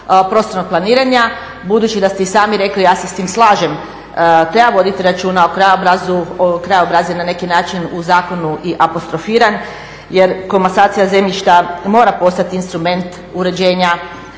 prostornog planiranja budući da ste i sami rekli ja se sa time slažem treba voditi računa o krajobrazu, krajobraz je na neki način u zakonu i apostrofiran jer komasacija zemljišta mora postati instrument uređenja